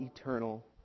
Eternal